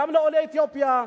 גם לעולי אתיופיה,